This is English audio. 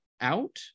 out